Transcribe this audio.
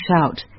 shout